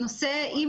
אם